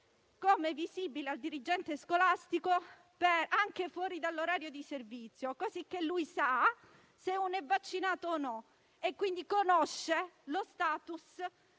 come visibili al dirigente scolastico anche fuori dall'orario di servizio, cosicché lui sa se uno è vaccinato o no e quindi conosce un suo